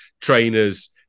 trainers